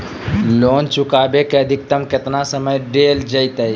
Loan चुकाबे के अधिकतम केतना समय डेल जयते?